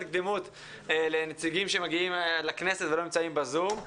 קדימות לנציגים שמגיעים לכנסת ולא נמצאים בזום,